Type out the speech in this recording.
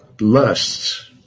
lusts